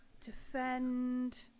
Defend